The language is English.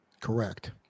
Correct